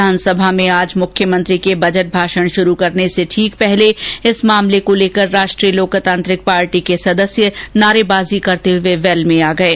विधानसभा में आज मुख्यमंत्री के बजट भाषण शुरू करने से ठीक पहले इस मामले को लेकर राष्टीय लोकतांत्रिक पार्टी के सदस्य नारेबाजी करते हुए वैल में आ गये